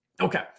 Okay